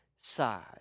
side